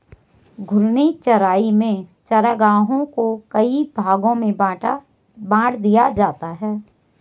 घूर्णी चराई में चरागाहों को कई भागो में बाँट दिया जाता है